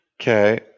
Okay